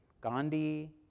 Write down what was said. Gandhi